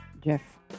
Jeff